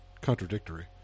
contradictory